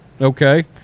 okay